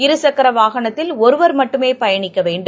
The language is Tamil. இருசக்கரவாகனத்தில் ஒருவர் மட்டுமேபயணிக்கவேண்டும்